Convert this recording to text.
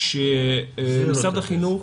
כשמשרד החינוך